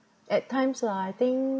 at times lah I think